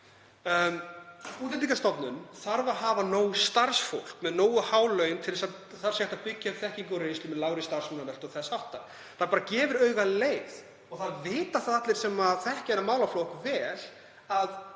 Útlendingastofnun þarf að hafa nóg starfsfólk með nógu há laun til að þar sé hægt að byggja upp þekkingu og reynslu með lægri starfsmannaveltu og þess háttar. Það gefur augaleið, og það vita það allir sem þekkja þennan málaflokk vel, að